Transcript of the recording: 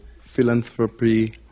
philanthropy